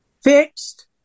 Fixed